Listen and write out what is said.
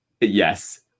yes